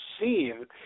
seen